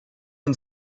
and